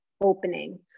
opening